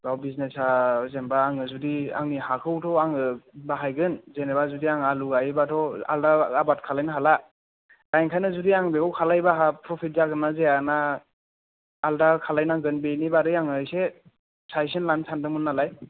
औ बिजिनेसा जेनोबा आङो जुदि आंनि हाखौथ' आङो बाहायगोन जेनोबा जुदि आं आलु गाइयो बाथ' आलदा आबाद खालायनो हाला दा ओंखायनो आं बेखौ खालायोबा आंहा प्रफिट जागोन्ना जाया ना आल्दा खालायनांगोन बेनि बादै आङो एसे साजिसन लानो सानदोंमोन नालाय